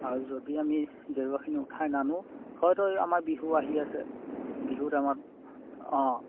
আৰু যদি আমি জেওৰাখিনি উঠাই নানো হয়তো আমাৰ বিহু আহি আছে বিহুত আমাৰ অঁ